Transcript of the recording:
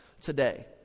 today